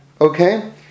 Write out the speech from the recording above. Okay